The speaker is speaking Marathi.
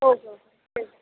ओके ओके ठीक आहे